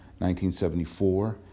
1974